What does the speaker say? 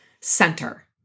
center